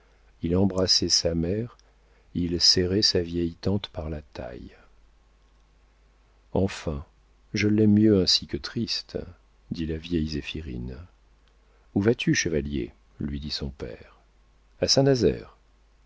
il embrassait sa mère il serrait sa vieille tante par la taille enfin je l'aime mieux ainsi que triste dit la vieille zéphirine où vas-tu chevalier lui dit son père a